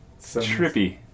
Trippy